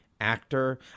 actor